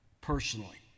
personally